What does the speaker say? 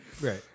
Right